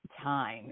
time